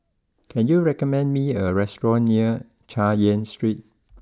can you recommend me a restaurant near Chay Yan Street